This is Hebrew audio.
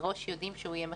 מראש יודעים שהוא יהיה מחנך.